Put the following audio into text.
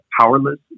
powerless